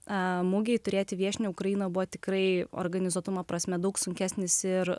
a mugei turėti viešniai ukraina buvo tikrai organizuotumo prasme daug sunkesnis ir